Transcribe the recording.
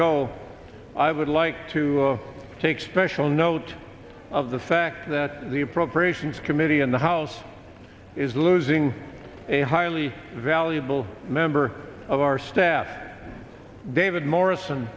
ago i would like to take special note of the fact that the appropriations committee in the house is losing a highly valuable member of our staff david morrison